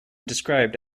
described